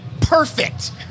perfect